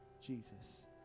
Jesus